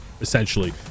essentially